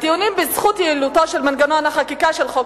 הטיעונים בזכות יעילותו של מנגנון החקיקה של חוק